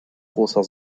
großer